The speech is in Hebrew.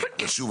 ושוב,